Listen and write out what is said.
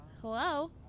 Hello